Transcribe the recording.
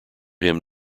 him